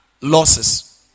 losses